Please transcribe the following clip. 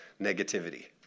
negativity